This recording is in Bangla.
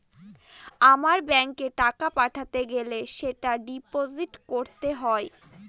আমার ব্যাঙ্কে টাকা পাঠাতে গেলে সেটা ডিপোজিট করতে হবে